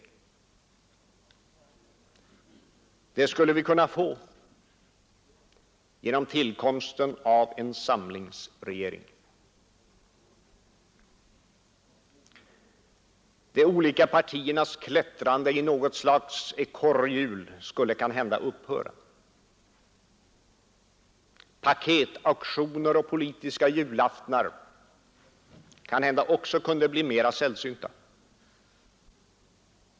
En sådan skulle vi kunna få genom tillkomsten av en samlingsregering. De olika partiernas klättrande i något slags ekorrhjul skulle kanhända upphöra. Paketauktioner och politiska julaftnar kunde kanske också bli mera sällsynta.